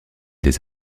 des